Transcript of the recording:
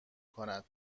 کند